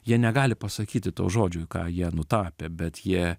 jie negali pasakyti to žodžio į ką jie nutapė bet jie